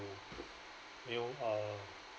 you know uh